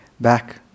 back